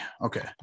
okay